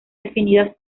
definidas